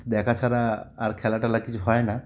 দেখা ছাড়া আর খেলা টেলা কিছু হয় না